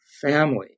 family